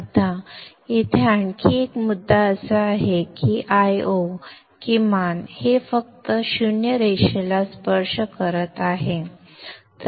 आता येथे आणखी एक मुद्दा असा आहे की हे Io किमान हे फक्त 0 रेषेला स्पर्श करत आहे